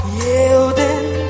yielding